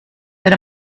that